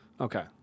Okay